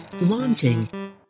Launching